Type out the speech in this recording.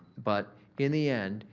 but in the end,